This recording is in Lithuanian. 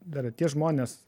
dar tie žmonės